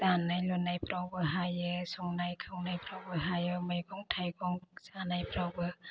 दानाय लुनायफ्रावबो हायो संनाय खावनायफ्रावबो हायो मैगं थाइगं जानायफ्रावबो